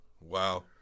Wow